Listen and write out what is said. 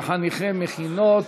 כחניכי מכינות),